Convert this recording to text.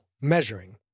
measuring